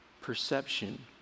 perception